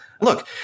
Look